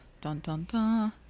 dun-dun-dun